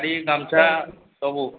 ଗାମୁଛା ସବୁ